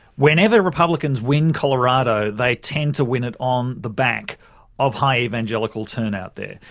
whenever republicans win colorado they tend to win it on the back of high evangelical turnout there.